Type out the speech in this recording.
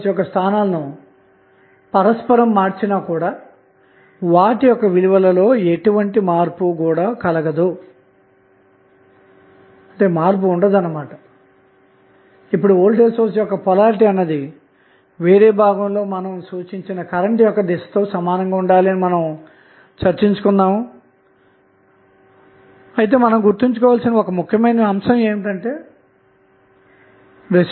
ఈ విధంగా లభించిన విలువ సున్నా కంటే తక్కువగా ఉంటే దానర్ధం ఏమిటంటే RTh కి సమానంగా మనం తీసుకున్న RL విలువ గరిష్ట స్థాయిలో ఉందన్నమాట